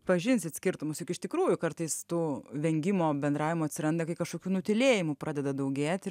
pažinsit skirtumus juk iš tikrųjų kartais tų vengimo bendravimo atsiranda kai kažkokių nutylėjimų pradeda daugėt ir